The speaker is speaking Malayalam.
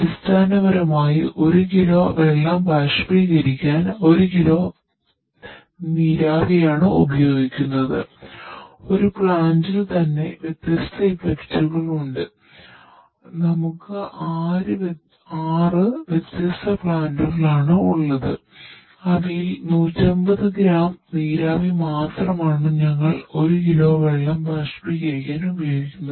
അടിസ്ഥാനപരമായി 1 കിലോ വെള്ളം ബാഷ്പീകരിക്കാൻ 1 കിലോ നീരാവിയാണ് ഉപയോഗിക്കുന്നത്